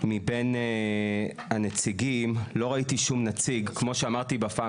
מבין הנציגים, לא ראיתי שום נציג, כמו שאמרתי בפעם